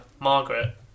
Margaret